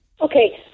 Okay